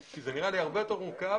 כי זה נראה לי הרבה יותר מורכב,